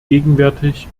gegenwärtig